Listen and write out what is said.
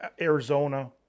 Arizona